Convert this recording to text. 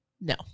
No